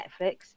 netflix